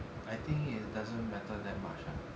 I think it doesn't matter that much ah